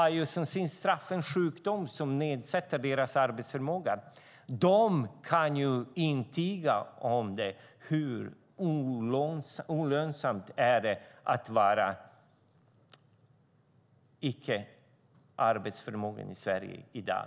De som, som ett straff, har fått en sjukdom som minskar deras arbetsförmåga kan intyga hur olönsamt det är att inte ha arbetsförmåga i Sverige i dag.